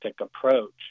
approach